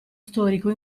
storico